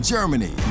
Germany